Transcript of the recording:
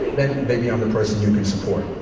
then maybe i'm the person you can support.